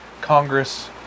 Congress